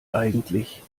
eigentlich